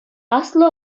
аслӑ